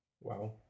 Wow